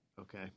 Okay